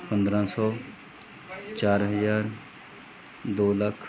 ਪੰਦਰਾਂ ਸੌ ਚਾਰ ਹਜ਼ਾਰ ਦੋ ਲੱਖ